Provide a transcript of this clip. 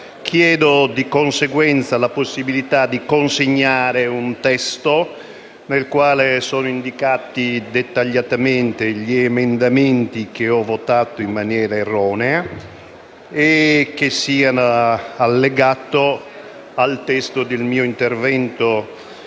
Chiedo, di conseguenza, la possibilità di consegnare un testo nel quale sono indicati dettagliatamente gli emendamenti che ho votato in maniera erronea e che sia allegato al Resoconto.